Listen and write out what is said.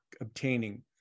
obtaining